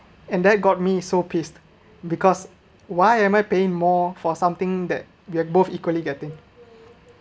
and that got me so pissed because why am I paying more for something that we have both equally getting